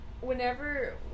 whenever